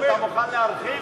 אין עוני בישראל.